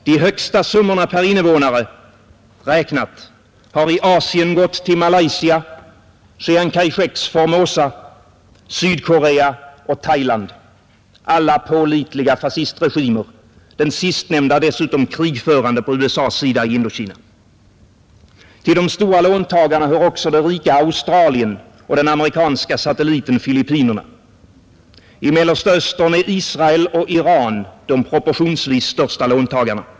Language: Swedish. De högsta summorna per invånare räknat har i Asien gått till Malaysia, Chiang Kai-sheks Formosa, Sydkorea och Thailand — alla pålitliga fascistregimer, den sistnämnda dessutom krigförande på USA:s sida i Indokina. Till de stora låntagarna hör också det rika Australien och den amerikanska satelliten Filippinerna. I Mellersta Östern är Israel och Iran de proportionsvis största låntagarna.